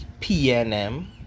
PNM